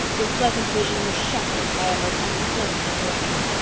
this pleasant vision was shattered by a most unpleasant interruption.